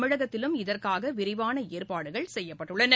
தமிழகத்திலும் இதற்காகவிரிவானஏற்பாடுகள் செய்யப்பட்டுள்ளன